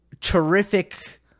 terrific